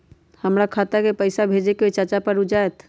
हमरा खाता के पईसा भेजेए के हई चाचा पर ऊ जाएत?